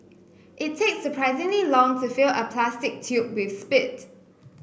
it takes surprisingly long to fill a plastic tube with spit